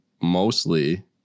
mostly